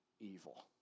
evil